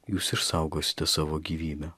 jūs išsaugosite savo gyvybę